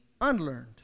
unlearned